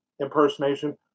impersonation